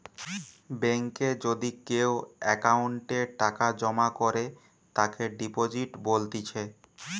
বেঙ্কে যদি কেও অ্যাকাউন্টে টাকা জমা করে তাকে ডিপোজিট বলতিছে